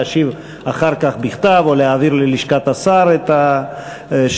להשיב אחר כך בכתב או להעביר ללשכת השר את השאלה,